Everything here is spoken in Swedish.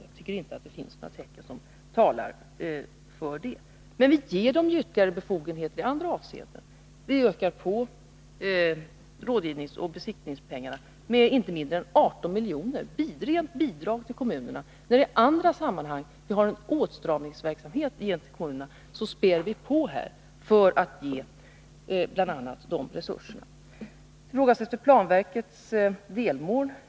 Jag tycker inte att det finns tecken som tyder på det, men vi ger dem ytterligare befogenheter i andra avseenden. Vi ökar anslagen till rådgivning och besiktning med inte mindre än 18 milj.kr., i rena bidrag. När vi i andra sammanhang gör åtstramningar gentemot kommunerna späder vi på för att ge kommunerna resurser på det området. Vidare frågade Birgitta Dahl om planverkets delmål.